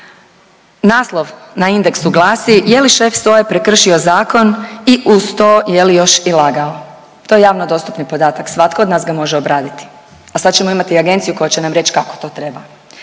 naslov na Indeksu glasi „Je li šef SOA-e prekršio zakon i uz to je li još i lagao“ to je javno dostupni podatak, svatko od nas ga može obraditi, a sad ćemo imati agenciju koja će nam reći kako to treba.